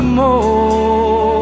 more